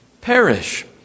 perish